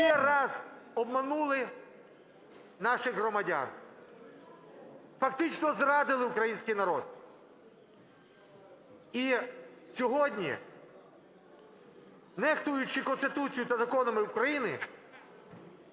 ще раз обманули наших громадян, фактично зрадили український народ. І сьогодні, нехтуючи Конституцією та законами України,